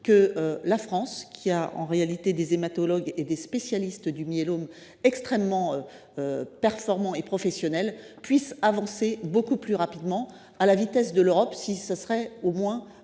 que la France, qui a des hématologues et des spécialistes du myélome extrêmement brillants et professionnels, puisse avancer beaucoup plus rapidement, au moins à la vitesse de l’Europe : ce serait une